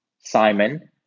Simon